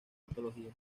antología